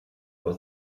for